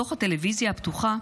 מתוך הטלוויזיה הפתוחה,